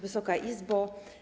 Wysoka Izbo!